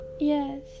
Yes